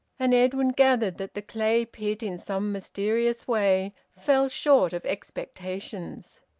and edwin gathered that the clay-pit in some mysterious way fell short of expectations.